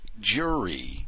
jury